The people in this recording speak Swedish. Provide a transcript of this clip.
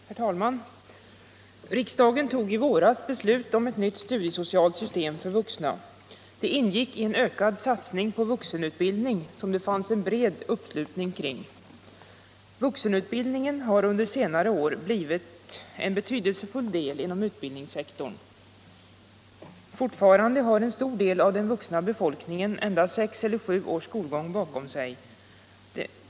Herr talman! Riksdagen tog i våras ett beslut om ett nytt studiesocialt stöd för vuxna. Det ingick i en ökad satsning på vuxenutbildning som det fanns en bred uppslutning kring. Vuxenutbildningen har under senare år blivit en betydelsefull del inom utbildningssektorn. Fortfarande har en stor del av den vuxna befolkningen endast sex eller sju års skolgång bakom sig.